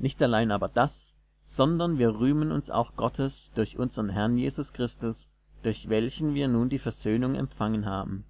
nicht allein aber das sondern wir rühmen uns auch gottes durch unsern herrn jesus christus durch welchen wir nun die versöhnung empfangen haben